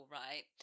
right